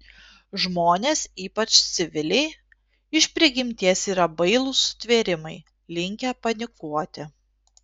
žmonės ypač civiliai iš prigimties yra bailūs sutvėrimai linkę panikuoti